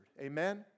amen